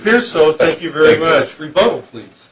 dear so thank you very much for both please